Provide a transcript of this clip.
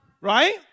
Right